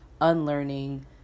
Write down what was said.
unlearning